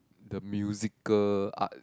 the musical arts